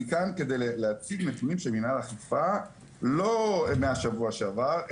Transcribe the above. אני כאן על מנת להציג נתונים של מנהל אכיפה לא מהשבוע שעבר,